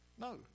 no